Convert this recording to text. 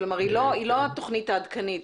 היא לא התוכנית העדכנית.